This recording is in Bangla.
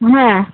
হ্যাঁ